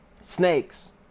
Snakes